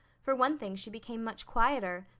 for one thing, she became much quieter.